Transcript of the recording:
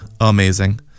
amazing